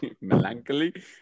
Melancholy